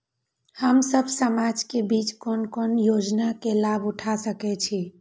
हम सब समाज के बीच कोन कोन योजना के लाभ उठा सके छी?